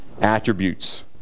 attributes